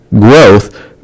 growth